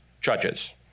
judges